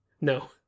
No